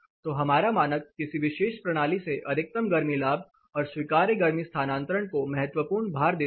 तो हमारा मानक किसी विशेष प्रणाली से अधिकतम गर्मी लाभ और स्वीकार्य गर्मी स्थानांतरण को महत्वपूर्ण भार देता है